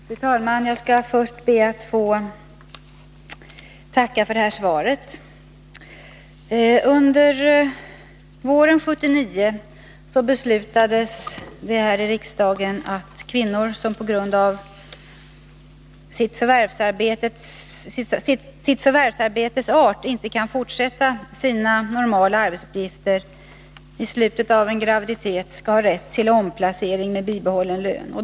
Fru talman! Jag skall först be att få tacka för det här svaret. Under våren 1979 beslutades det här i riksdagen att kvinnor som på grund avsitt förvärvsarbetes art inte kan fortsätta med sina normala arbetsuppgifter i graviditetens slutskede skall ha rätt till omplacering med bibehållen lön.